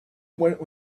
were